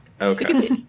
Okay